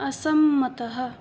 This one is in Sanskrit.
असम्मतः